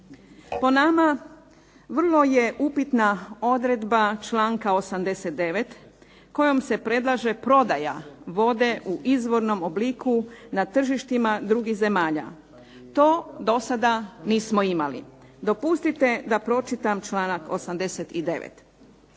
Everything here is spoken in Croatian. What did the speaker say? Po nama vrlo je upitna odredba članka 89. kojom se predlaže prodaja vode u izvornom obliku na tržištima drugih zemalja. To do sada nismo imali. Dopustite da pročitam članak 89.